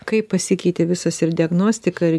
kaip pasikeitė visas ir diagnostika ir